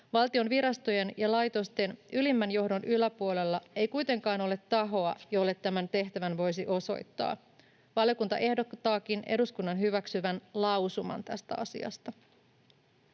Valtion virastojen ja laitosten ylimmän johdon yläpuolella ei kuitenkaan ole tahoa, jolle tämän tehtävän voisi osoittaa. Valiokunta ehdottaakin eduskunnan hyväksyvän lausuman tästä asiasta.